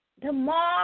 Tomorrow